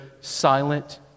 silent